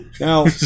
Now